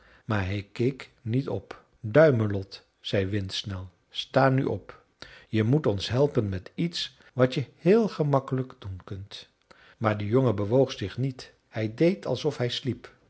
maar hij keek niet op duimelot zei windsnel sta nu op je moet ons helpen met iets wat je heel gemakkelijk doen kunt maar de jongen bewoog zich niet hij deed alsof hij sliep